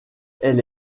elle